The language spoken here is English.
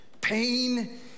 pain